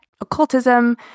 occultism